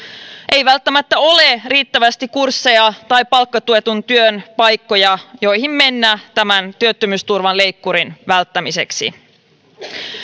ei välttämättä ole riittävästi kursseja tai palkkatuetun työn paikkoja joihin mennä tämän työttömyysturvan leikkurin välttämiseksi